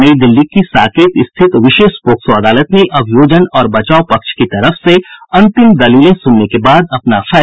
नई दिल्ली की साकेत स्थित विशेष पोक्सो अदालत ने अभियोजन और बचाव पक्ष की तरफ से अंतिम दलीलें सुनने के बाद अपना फैसला सुरक्षित रख लिया है